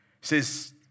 says